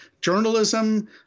journalism